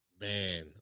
Man